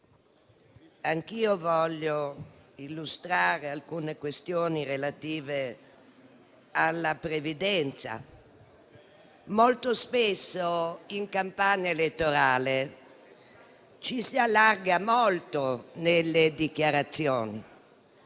che affronta alcune questioni relative alla previdenza. Molto spesso, in campagna elettorale ci si allarga molto nelle dichiarazioni,